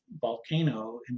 volcano